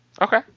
Okay